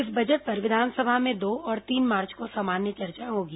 इस बजट पर विधानसभा में दो और तीन मार्च को सामान्य चर्चा होगी